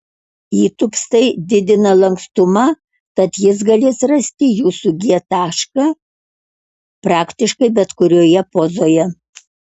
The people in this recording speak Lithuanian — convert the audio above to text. įtūpstai didina lankstumą tad jis galės rasti jūsų g tašką praktiškai bet kurioje pozoje